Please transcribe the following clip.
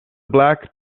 black